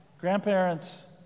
grandparents